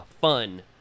fun